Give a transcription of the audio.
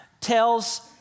tells